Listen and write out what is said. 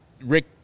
Rick